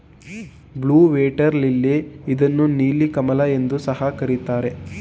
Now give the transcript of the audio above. blue water lily ಇದನ್ನು ನೀಲಿ ಕಮಲ ಎಂದು ಸಹ ಕರಿತಾರೆ